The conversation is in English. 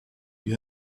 you